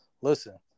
listen